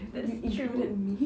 that's true